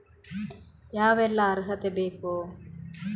ಯಾವೆಲ್ಲ ಅರ್ಹತೆ ಬೇಕು?